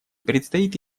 предстоит